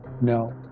No